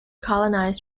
colonize